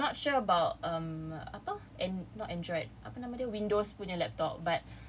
I'm not sure about um apa and~ not android apa nama dia Windows punya laptop but